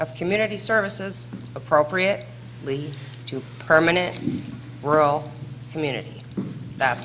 of community services appropriate lead to permanent rural community that